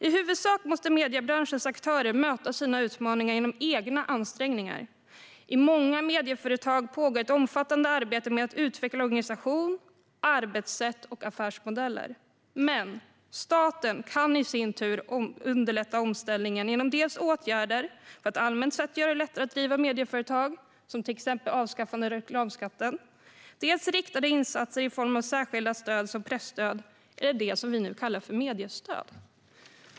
I huvudsak måste mediebranschens aktörer möta sina utmaningar genom egna ansträngningar. I många medieföretag pågår ett omfattande arbete med att utveckla organisation, arbetssätt och affärsmodeller. Staten kan dock i sin tur underlätta omställningen dels genom åtgärder för att allmänt sett göra det lättare att driva medieföretag, till exempel avskaffande av reklamskatten, dels genom riktade insatser i form av särskilda stöd, som presstöd eller det som vi nu kallar för mediestöd.